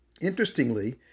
Interestingly